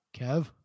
Kev